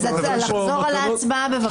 אז לחזור על ההצבעה, בבקשה.